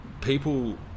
people